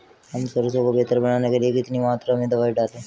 हम सरसों को बेहतर बनाने के लिए कितनी मात्रा में दवाई डालें?